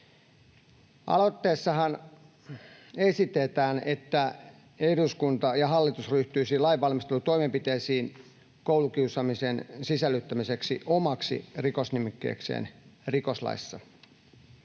Aloitteessahan esitetään, että eduskunta ja hallitus ryhtyisivät lainvalmistelutoimenpiteisiin koulukiusaamisen sisällyttämiseksi omaksi rikosnimikkeekseen rikoslaissa.